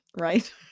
Right